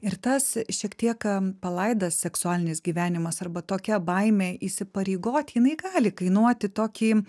ir tas šiek tiek palaidas seksualinis gyvenimas arba tokia baimė įsipareigot jinai gali kainuoti tokį